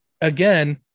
again